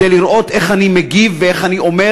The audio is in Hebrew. כדי לראות איך אני מגיב ואיך אני אומר